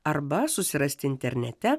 arba susirasti internete